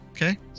Okay